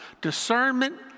Discernment